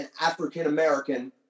African-American